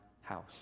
house